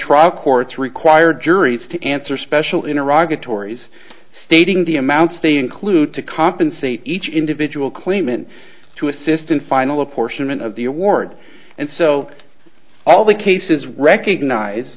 trial courts require juries to answer special in iraq the tories stating the amounts they include to compensate each individual claimant to assist in final apportionment of the award and so all the cases recognize